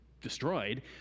destroyed